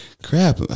Crap